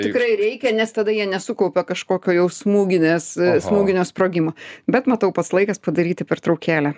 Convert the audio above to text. tikrai reikia nes tada jie nesukaupia kažkokio jau smūginės smūginio sprogimo bet matau pats laikas padaryti pertraukėlę